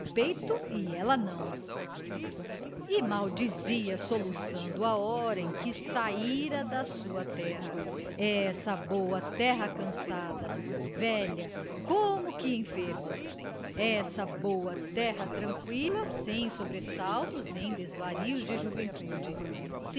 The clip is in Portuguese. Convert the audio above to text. e ela não e maldizia soluçando a hora em que saíra da sua terra essa boa terra cansada velha como que enferma essa boa terra tranqüila sem sobressaltos nem desvarios de juventude